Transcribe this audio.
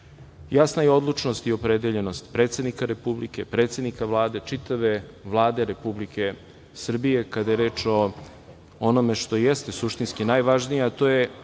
jasna je odlučnost i opredeljenost predsednika Republike, predsednika Vlade, čitave Vlade Republike Srbije kada je reč o onome što je ste suštinski najvažnije, a to je